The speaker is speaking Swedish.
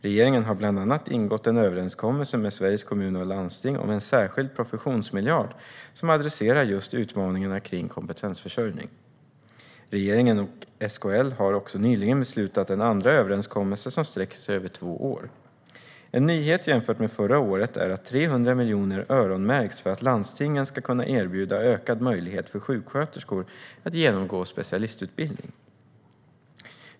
Regeringen har bland annat ingått en överenskommelse med Sveriges Kommuner och Landsting om en särskild professionsmiljard som adresserar just utmaningarna kring kompetensförsörjning. Regeringen och SKL har också nyligen beslutat om en andra överenskommelse som sträcker sig över två år. En nyhet jämfört med förra året är att 300 miljoner öronmärks för att landstingen ska kunna erbjuda ökad möjlighet för sjuksköterskor att genomgå specialistutbildning.